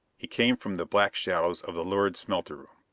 he came from the black shadows of the lurid smelter room.